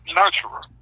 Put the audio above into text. nurturer